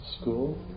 school